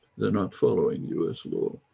they're not following us law.